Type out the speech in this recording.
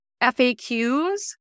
FAQs